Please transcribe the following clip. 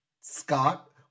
Scott